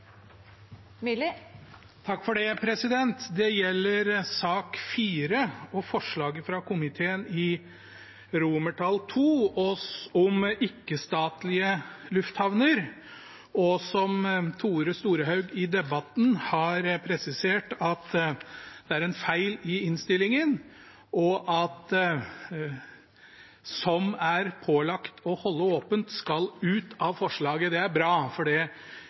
Det gjelder sak nr. 4 og forslaget fra komiteen i C II, om ikke-statlige lufthavner, der Tore Storehaug i debatten har presisert at det er en feil i innstillingen, og at «som er pålagt å holde åpent», skal ut av forslaget. Det er bra, for det